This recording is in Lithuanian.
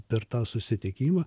per tą susitikimą